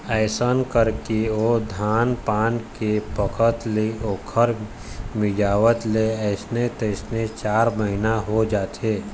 अइसन करके ओ धान पान के पकत ले ओखर मिंजवात ले अइसे तइसे चार महिना हो जाथे